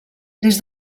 des